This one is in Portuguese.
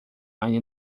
line